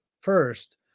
first